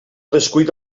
descuida